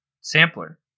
sampler